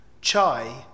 Chai